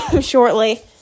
shortly